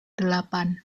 delapan